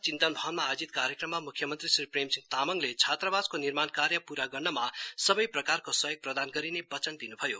पछिबाट चिन्तन भवनमा आयोजित कार्यक्रममा मुख्यमंन्त्री श्री प्रेम सिंह तामङले छात्रावासको निर्माण कार्य पूरा गर्नमा सबै प्रकारको सहयोग प्रदान गरिने वचन दिन् भयो